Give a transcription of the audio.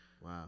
wow